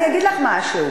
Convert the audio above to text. אני אגיד לך משהו,